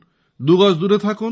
দুগজ দূরে থাকুন